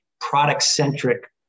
product-centric